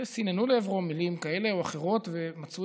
סיננו לעברו מילים כאלה ואחרות ומצאו